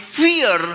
fear